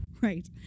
Right